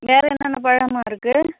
வேறு என்னென்ன பழம்மா இருக்கு